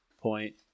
point